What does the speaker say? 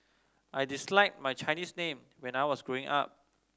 I disliked my Chinese name when I was growing up